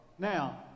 now